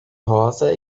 rosa